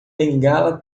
bengala